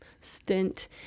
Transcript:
stint